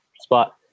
spot